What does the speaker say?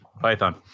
python